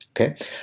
okay